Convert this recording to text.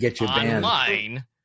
online